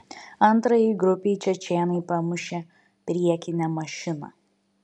antrajai grupei čečėnai pamušė priekinę mašiną